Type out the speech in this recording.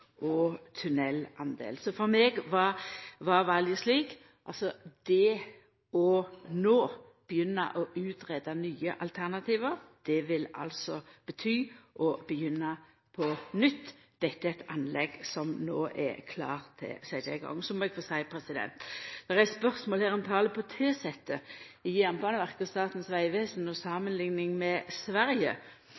og tunneldel. Så for meg var valet slik. Å begynna no å greie ut nye alternativ vil altså bety å begynna på nytt. Dette er eit anlegg som no er klart til å bli sett i gang. Så må eg få seia: Det er spørsmål her om talet på tilsette i Jernbaneverket og Statens vegvesen og